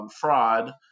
fraud